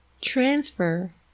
transfer